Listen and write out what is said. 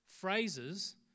phrases